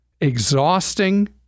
exhausting